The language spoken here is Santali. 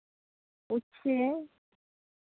ᱩᱪᱪᱷᱮ